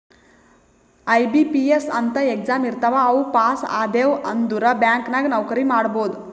IBPS ಅಂತ್ exam ಇರ್ತಾವ್ ಅವು ಪಾಸ್ ಆದ್ಯವ್ ಅಂದುರ್ ಬ್ಯಾಂಕ್ ನಾಗ್ ನೌಕರಿ ಮಾಡ್ಬೋದ